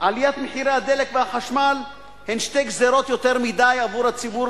עליית מחירי הדלק והחשמל היא שתי גזירות יותר מדי עבור הציבור,